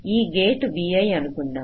ఈ gate vi అనుకుందాం